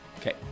okay